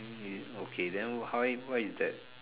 hmm okay then hi why is that